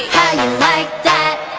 you like that